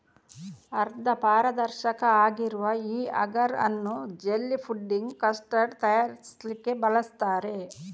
ಅರ್ಧ ಪಾರದರ್ಶಕ ಆಗಿರುವ ಈ ಅಗರ್ ಅನ್ನು ಜೆಲ್ಲಿ, ಫುಡ್ಡಿಂಗ್, ಕಸ್ಟರ್ಡ್ ತಯಾರಿಸ್ಲಿಕ್ಕೆ ಬಳಸ್ತಾರೆ